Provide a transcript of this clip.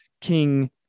king